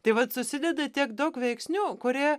tai vat susideda tiek daug veiksnių kurie